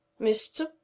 Mr